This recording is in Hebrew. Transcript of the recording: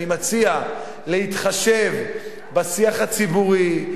אני מציע להתחשב בשיח הציבורי,